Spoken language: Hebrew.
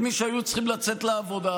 של מי שהיו צריכים לצאת לעבודה,